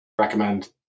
Recommend